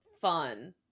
fun